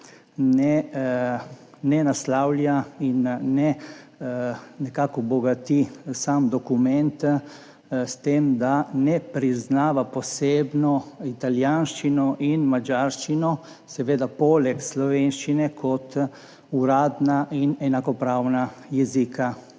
ne naslavlja in ne bogati. Sam dokument s tem, ko ne priznava posebej italijanščine in madžarščine, seveda poleg slovenščine, kot uradnih in enakopravnih jezikov